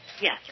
yes